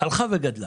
הלכה וגדלה.